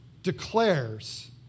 Declares